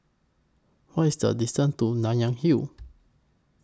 What IS The distance to Nanyang Hill